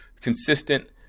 consistent